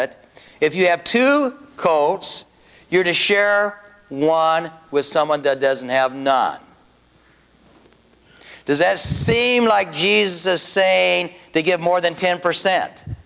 it if you have two coats your to share one with someone that doesn't have none does as c m like jesus saying they give more than ten percent